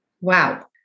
Wow